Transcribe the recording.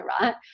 right